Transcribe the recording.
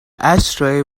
ashtray